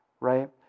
right